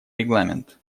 регламент